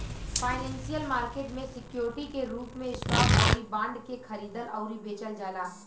financial market में security के रूप में स्टॉक अउरी बॉन्ड के खरीदल अउरी बेचल जाला